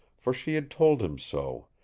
for she had told him so,